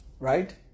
Right